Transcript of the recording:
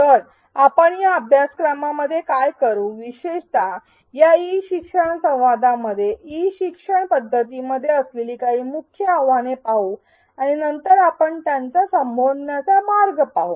तर आपण या अभ्यासक्रमामध्ये काय करू विशेषतः या ई शिक्षण संवादामध्ये ई शिक्षण पध्दतीमध्ये असलेली काही मुख्य आव्हाने पाहू आणि नंतर आपण त्यांना संबोधण्याचे मार्ग पाहू